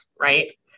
right